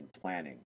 planning